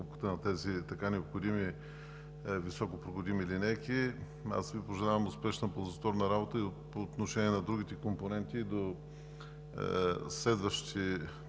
на тези необходими високопроходими линейки. Аз Ви пожелавам успешна и ползотворна работа. По отношение на другите компоненти – следващите